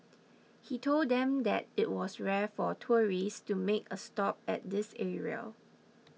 he told them that it was rare for tourists to make a stop at this area